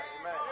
Amen